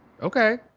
Okay